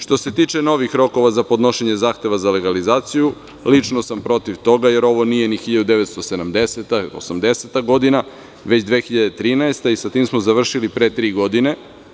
Što se tiče novih rokova za podnošenje Zakona za legalizaciju, lično sam protiv toga, jer ovo nije ni 1970, 1980. godina, već 2013. godina i sa tim smo završili pre tri godine.